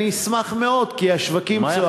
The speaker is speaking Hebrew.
אני אשמח מאוד, כי השווקים צועקים.